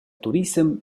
turissem